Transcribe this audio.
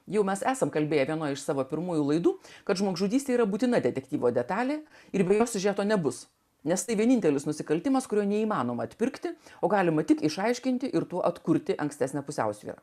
juk mes esam kalbėję vienoje iš savo pirmųjų laidų kad žmogžudystė yra būtina detektyvo detalė ir be jo siužeto nebus nes tai vienintelis nusikaltimas kurio neįmanoma atpirkti o galima tik išaiškinti ir tuo atkurti ankstesnę pusiausvyrą